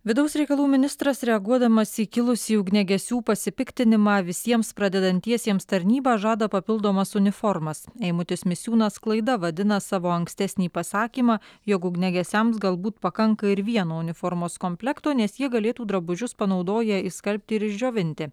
vidaus reikalų ministras reaguodamas į kilusį ugniagesių pasipiktinimą visiems pradedantiesiems tarnybą žada papildomas uniformas eimutis misiūnas klaida vadina savo ankstesnį pasakymą jog ugniagesiams galbūt pakanka ir vieno uniformos komplekto nes jie galėtų drabužius panaudoję išskalbti ir išdžiovinti